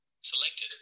Selected